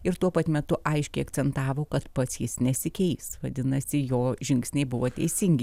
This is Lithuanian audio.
ir tuo pat metu aiškiai akcentavo kad pats jis nesikeis vadinasi jo žingsniai buvo teisingi